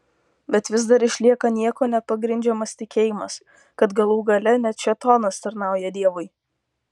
bet vis dar išlieka niekuo nepagrindžiamas tikėjimas kad galų gale net šėtonas tarnauja dievui